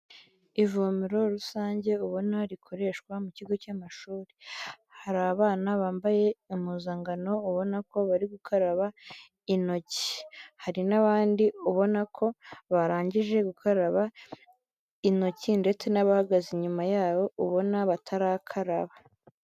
Ivomero rusange ubona rikoreshwa mu kigo cy'amashuri, hari abana bambaye impuzankano ubona ko bari gukaraba intoki, hari n'abandi ubona ko barangije gukaraba intoki ndetse n'abahagaze inyuma yabo ubona batarakaraba.